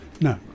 No